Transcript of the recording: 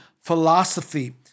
philosophy